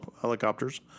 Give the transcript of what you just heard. helicopters